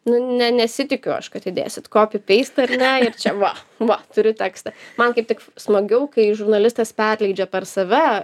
nu ne nesitikiu aš kad įdėsit kopi peistą ar ne ir čia va va turiu tekstą man kaip tik smagiau kai žurnalistas perleidžia per save